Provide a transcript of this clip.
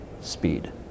speed